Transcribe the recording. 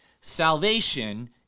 Salvation